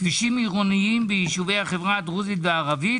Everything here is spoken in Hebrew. כבישים עירוניים ביישובי החברה הדרוזית והערבית,